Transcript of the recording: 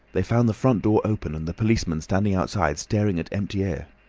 they found the front door open and the policemen standing outside staring at empty air.